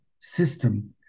system